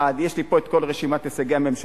אני מבקש עוד דבר אחד: יש לי פה כל רשימת הישגי הממשלה,